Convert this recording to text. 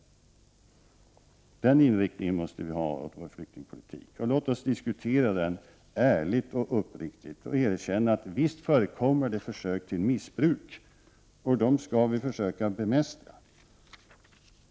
Den inriktningen måste vi har på vår flyktingpolitik. Låt oss diskutera den ärligt och uppriktigt och erkänna att visst förekommer det försök till missbruk. Dem skall vi försöka att bemästra.